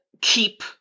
keep